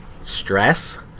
stress